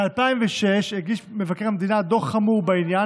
ב-2006 הגיש מבקר המדינה דוח חמור בעניין